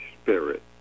Spirit